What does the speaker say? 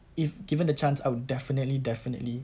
if given the chance I would definitely definitely